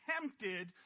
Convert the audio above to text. tempted